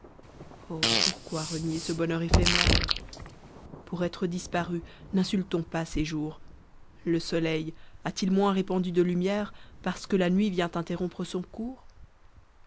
oh pourquoi renier ce bonheur éphémère pour être disparus n'insultons pas ces jours le soleil a-t-il moins répandu de lumière parce que la nuit vient interrompre son cours